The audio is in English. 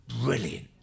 brilliant